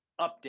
update